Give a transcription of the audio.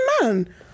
man